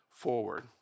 forward